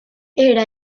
era